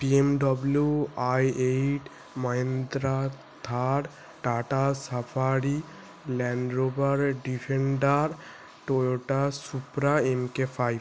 BMW i eight Mahindra Thar Tata safari Land Rover Defender Toyota Supra MK five